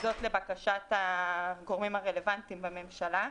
זאת לבקשת הגורמים הרלוונטיים בממשלה.